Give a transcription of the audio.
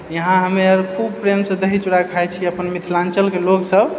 यहाँ हमे आर खूब प्रेमसँ दही चूड़ा खाए छियै अपन मिथिलाञ्चलके लोग सब